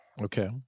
Okay